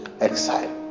exile